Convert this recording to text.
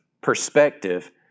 perspective